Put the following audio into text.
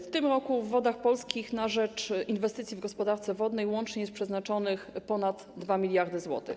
W tym roku w Wodach Polskich na rzecz inwestycji w gospodarce wodnej łącznie jest przeznaczonych ponad 2 mld zł.